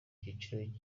cyiciro